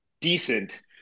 decent